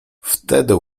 wtedy